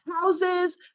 houses